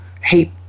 hate